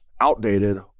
outdated